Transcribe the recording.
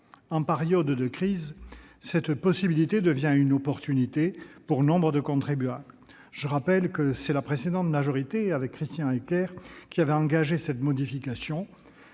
En période de crise, cette possibilité devient une opportunité pour nombre de contribuables. Je rappelle que c'est la précédente majorité, avec Christian Eckert, qui avait engagé cette modification.